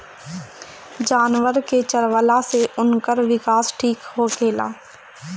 जानवर के चरवला से उनकर विकास ठीक होखेला